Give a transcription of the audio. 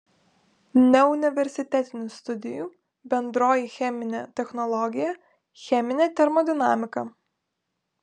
neuniversitetinių studijų bendroji cheminė technologija cheminė termodinamika